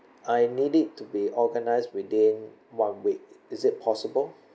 I need it to be organized within one week is it possible